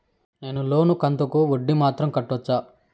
నేను లోను కంతుకు వడ్డీ మాత్రం కట్టొచ్చా?